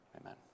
Amen